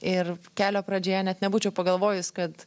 ir kelio pradžioje net nebūčiau pagalvojus kad